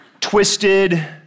Twisted